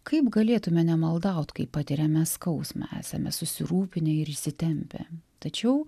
kaip galėtume nemaldaut kai patiriame skausmą esame susirūpinę ir įsitempę tačiau